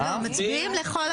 מצביעים רגיל.